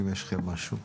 אם יש לכם משהו.